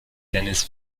denis